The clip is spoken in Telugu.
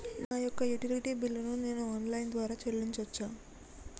నా యొక్క యుటిలిటీ బిల్లు ను నేను ఆన్ లైన్ ద్వారా చెల్లించొచ్చా?